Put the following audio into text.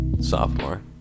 Sophomore